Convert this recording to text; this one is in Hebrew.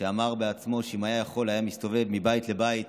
שאמר בעצמו שאם היה יכול היה מסתובב מבית לבית